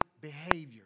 behavior